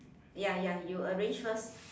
ya ya you arrange first